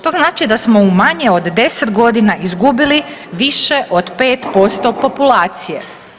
To znači da smo u manje od 10 godina izgubili više od 5% populacije.